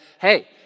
hey